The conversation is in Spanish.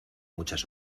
muchas